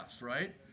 right